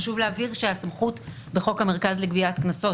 חשוב להבהיר שהסמכות בחוק המרכז לגביית קנסות,